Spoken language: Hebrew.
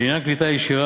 לעניין קליטה ישירה,